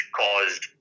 caused